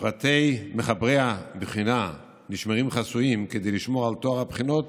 פרטי מחברי הבחינה נשמרים חסויים כדי לשמור על טוהר הבחינות